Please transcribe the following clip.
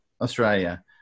Australia